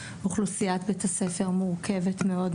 אוכלוסיית בית הספר מורכבת מאוד,